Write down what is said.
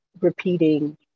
repeating